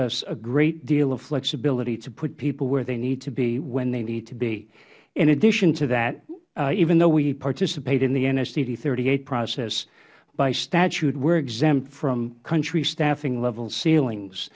us a great deal of flexibility to put people where they need to be when they need to be in addition to that even though we participate in the nsd thirty eight process by statute we are exempt from country staffing level ceilings